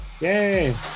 Yay